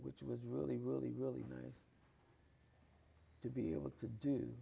which was really really really nice to be able to do